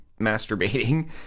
masturbating